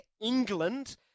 England